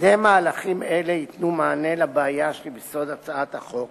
שני מהלכים אלה ייתנו מענה לבעיה שביסוד הצעת החוק